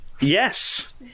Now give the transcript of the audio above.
Yes